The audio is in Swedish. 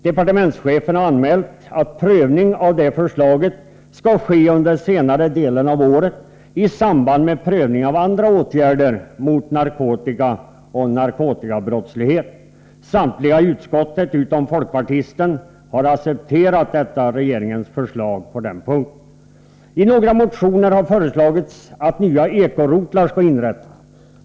Departementschefen har anmält att prövning av det förslaget skall ske under senare delen av året i samband med prövningarna av andra åtgärder mot narkotika och narkotikabrottslighet. Samtliga i utskottet, utom folkpartisten, har accepterat regeringens förslag på den punkten. I några motioner har föreslagits att nya rotlar inrättas.